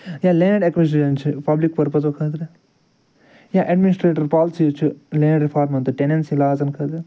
یا land acquisition چھِ public پٔرپزو خٲطرٕ چھِ یا ایڈمِنسٹریٹر پالیسی چھِ لینٛڈ رِفارمن تہٕ ٹینٛڈینسی لازن خٲطرٕ